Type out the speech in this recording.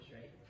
right